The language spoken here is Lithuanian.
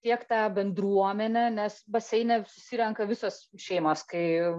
tiek tą bendruomenę nes baseine susirenka visos šeimos kai